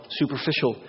superficial